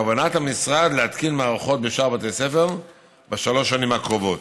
בכוונת המשרד להתקין מערכות בשאר בתי הספר בשלוש שנים הקרובות.